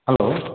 hello